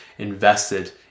invested